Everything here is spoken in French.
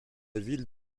ville